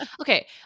okay